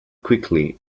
quickly